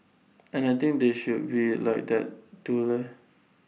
and I think they should be like that too leh